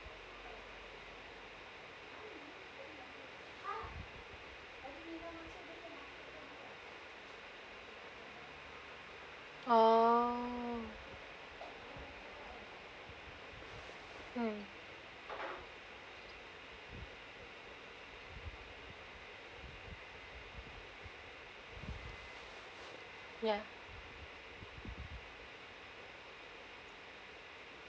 oh hmm ya